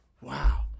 Wow